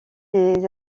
des